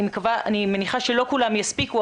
אני מניחה שלא כולם יספיקו,